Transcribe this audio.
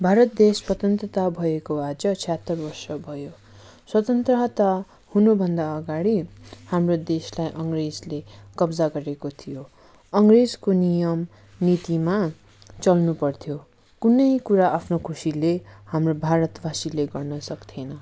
भारत देश स्वतन्त्रता भएको आज छयहत्तर वर्ष भयो स्वतन्त्रता हुनुभन्दा अगाडि हाम्रो देशलाई अङ्ग्रेजले कब्जा गरेको थियो अङ्ग्रेजको नियम नीतिमा चल्नु पर्थ्यो कुन्नै कुरा आफ्नो खुसीले हाम्रो भारतवासीले गर्नु सक्थेन